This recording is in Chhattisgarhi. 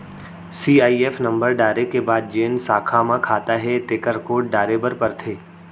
सीआईएफ नंबर डारे के बाद जेन साखा म खाता हे तेकर कोड डारे बर परथे